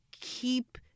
keep